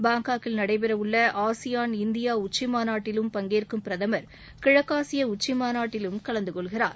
பாங்காக்கில் நடைபெறவுள்ள ASEAN India உச்சிமாநாட்டிலும் பங்கேற்கும் பிரதமர் கிழக்காசிய உச்சிமாநாட்டிலும் கலந்துகொள்கிறார்